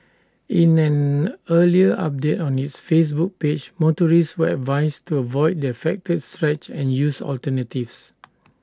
in an earlier update on its Facebook page motorists were advised to avoid the affected stretch and use alternatives